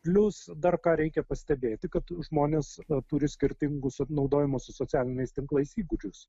plius dar ką reikia pastebėti kad žmonės turi skirtingus naudojimosi socialiniais tinklais įgūdžius